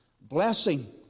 blessing